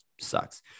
sucks